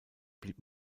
blieb